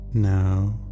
Now